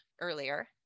earlier